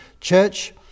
church